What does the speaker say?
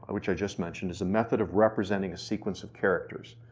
which i just mentioned is a method of representing a sequence of characters,